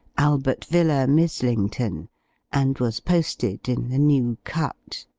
albert villa, mizzlington and was posted in the new cut